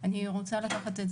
אז הם לא מתייחסים.